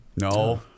no